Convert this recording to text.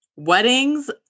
weddings